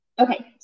Okay